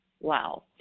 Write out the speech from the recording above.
Wow